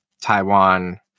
Taiwan